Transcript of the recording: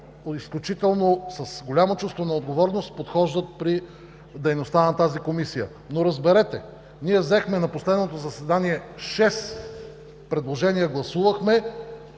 изключително отговорно, с голямо чувство на отговорност подхождат при дейността на тази Комисия. Но разберете, ние взехме на последното заседание шест предложения – гласувахме